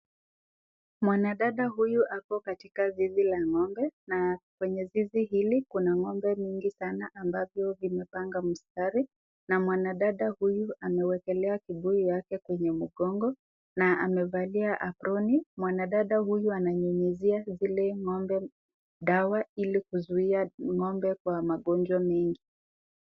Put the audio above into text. Mwanadada huyu ako katika zizi la ng'ombe na kwenye zizi hili. Kuna ng'ombe mingi sana mabazo zimepanga laini, mwanadada huyu amebeba kubuyu yake kwenye mgongo na amevaa aproni. Mwanadada huyu ananyunyizia ng'ombe dawa ili kuzuia ng'ombe kwa magonjwa mingi.